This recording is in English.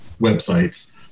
websites